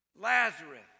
Lazarus